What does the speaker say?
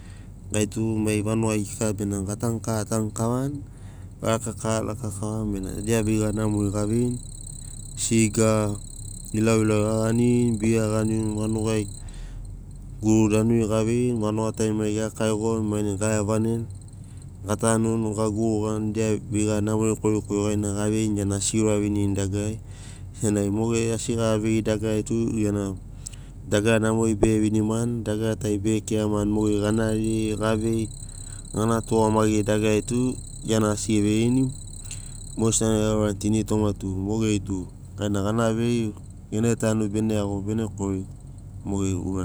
Gai tu mai vanugai keka bena ga tanu kava tanu kavani ga raka kava raka kavani bena dia veiga namori ga veini siga ilau ilauri ga ganirini bia ga niuni vanugai guru danuri ga veini vanuga tarimari ge raka rigoni mainai ga vevaneni gatanuni ga gurugani dia veiga namori korikori gaina ga veirini giana asi ge uravinirini dagarari sena mogeri asi gara veiri dagarari tu giana dagara namori bege vinimani dagara tari bege kiramani mogeri ga narini ga vei gana tugamagiri dagarari tu giana asi geveirini mogesina gai gaurani tu initoma tu mogeri tu gaina gana veiri gene tanu bene iago bene kori mogeri urari.